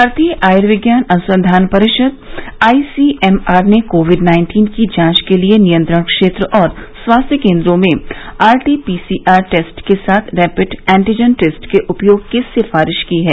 भारतीय आयुर्विज्ञान अनुसंधान परिषद आईसीएमआरने कोविड नाइन्टीन की जांच के लिए नियंत्रण क्षेत्र और स्वास्थ्य केन्द्रों में आरटी पीसीआर टेस्ट के साथ रैपिड एंटीजन टेस्ट के उपयोग की सिफारिश की है